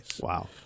Wow